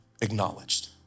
acknowledged